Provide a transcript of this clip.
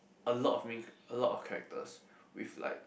a lot of main charac~ a lot of characters with like